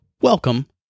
Welcome